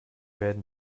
werden